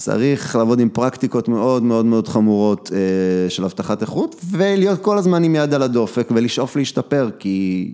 צריך לעבוד עם פרקטיקות מאוד מאוד מאוד חמורות של אבטחת איכות ולהיות כל הזמן עם יד על הדופק ולשאוף להשתפר כי...